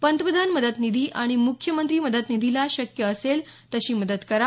पंतप्रधान मदत निधी आणि मुख्यमंत्री मदत निधीला शक्य असेल तशी मदत करा